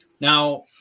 now